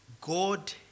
God